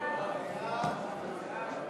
סעיפים 1 2